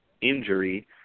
injury